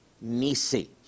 Nisi